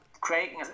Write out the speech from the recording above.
creating